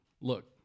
Look